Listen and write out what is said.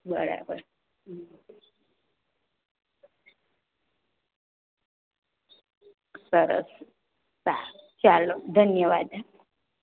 બરાબર સરસ સારું ચાલો ધન્યવાદ